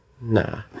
nah